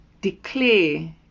declare